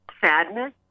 sadness